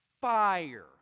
fire